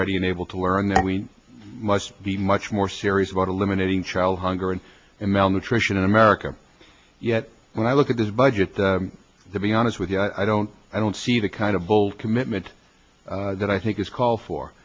ready and able to wear on that we must be much more serious about eliminating child hunger and malnutrition in america yet when i look at this budget to be honest with you i don't i don't see that kind of bold commitment that i think is called for